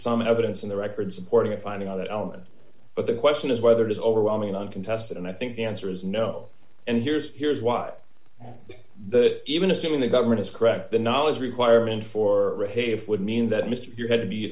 some evidence in the record supporting a finding other element but the question is whether it is overwhelming uncontested and i think the answer is no and here's here's why it but even assuming the government is correct the knowledge requirement for a hafe would mean that mr you had to be